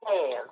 hands